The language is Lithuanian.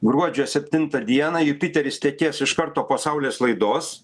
gruodžio septintą dieną jupiteris tekės iš karto po saulės laidos